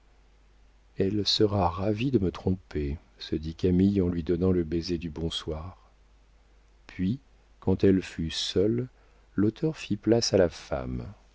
elle sera ravie de me tromper se dit camille en lui donnant le baiser du bonsoir puis quand elle fut seule l'auteur fit place à la femme